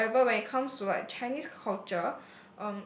however when it comes to like Chinese culture